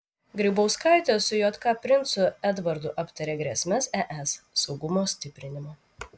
grybauskaitė su jk princu edvardu aptarė grėsmes es saugumo stiprinimą